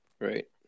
Right